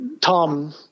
Tom